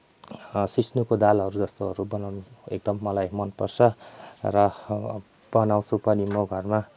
सिस्नुको दालहरू जस्तोहरू बनाउन एकदम मलाई मनपर्छ र बनाउँछु पनि म घरमा